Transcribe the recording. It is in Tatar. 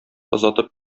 озатып